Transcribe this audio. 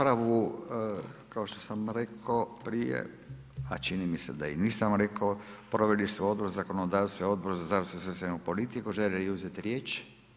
Raspravu kao što sam rekao prije, a čini mi se da i nisam rekao proveli su Odbor za zakonodavstvo i Odbor za zdravstvo i socijalnu politiku, žele li uzeti riječ?